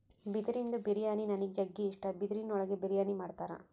ಬಿದಿರಿಂದು ಬಿರಿಯಾನಿ ನನಿಗ್ ಜಗ್ಗಿ ಇಷ್ಟ, ಬಿದಿರಿನ್ ಒಳಗೆ ಬಿರಿಯಾನಿ ಮಾಡ್ತರ